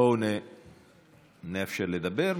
בואו נאפשר לדבר.